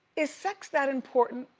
is sex that important,